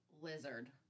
Lizard